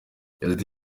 yagize